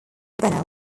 vinyl